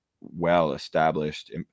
well-established